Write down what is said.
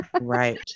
Right